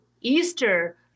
Easter